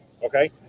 Okay